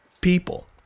people